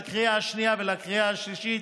בקריאה השנייה ולקריאה השלישית,